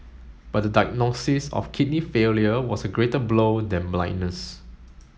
but the diagnosis of kidney failure was a greater blow than blindness